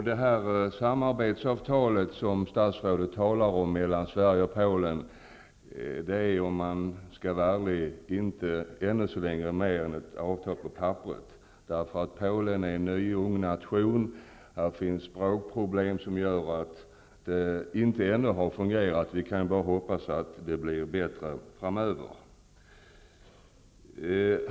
Det samarbetsavtal mellan Sverige och Polen som statsrådet talar om är, om man skall var ärlig, ännu så länge inte mer än ett avtal på papperet. Polen är en ny, ung nation, och det finns språkproblem som gör att det inte ännu har fungerat. Vi kan bara hoppas att det blir bättre framöver.